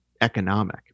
economic